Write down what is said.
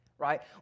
right